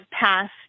passed